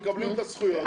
הם מקבלים את הזכויות.